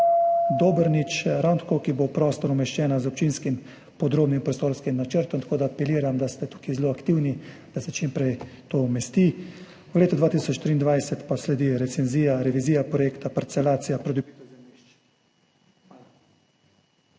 Dobrnič ravno tako, v prostor bo umeščena z občinskim podrobnim prostorskim načrtom. Tako da apeliram, da ste tukaj zelo aktivni, da se čim prej to umesti, v letu 2023 pa sledi recenzija, revizija projekta, parcelacija, pridobitev zemljišč.